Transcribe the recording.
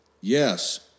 yes